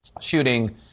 Shooting